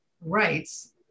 rights